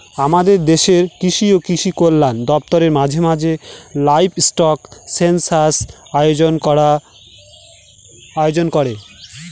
আমাদের দেশের কৃষি ও কৃষি কল্যাণ দপ্তর মাঝে মাঝে লাইভস্টক সেনসাস আয়োজন করে